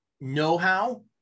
know-how